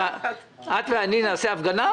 את ואני נעשה הפגנה?